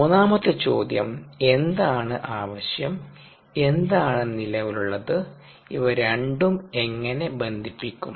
മൂന്നാമത്തെ ചോദ്യം എന്താണ് ആവശ്യം എന്താണ് നിലവിലുള്ളത് ഇവ രണ്ടും എങ്ങനെ ബന്ദിപ്പിക്കും